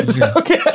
Okay